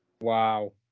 wow